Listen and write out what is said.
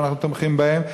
שאנחנו תומכים בהן,